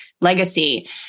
legacy